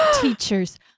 teachers